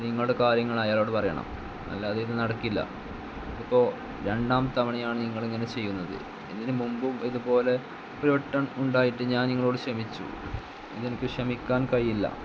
നിങ്ങളുടെ കാര്യങ്ങള് അയാളോട് പറയണം അല്ലാതെ ഇത് നടക്കില്ല ഇപ്പോള് രണ്ടാം തവണയാണ് നിങ്ങളിങ്ങനെ ചെയ്യുന്നത് ഇതിന് മുൻപും ഇതുപോലെ ഒരുവട്ടം ഉണ്ടായിട്ടും ഞാൻ നിങ്ങളോട് ക്ഷമിച്ചു ഇനി എനിക്ക് ക്ഷമിക്കാൻ കഴിയില്ല